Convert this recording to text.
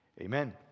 Amen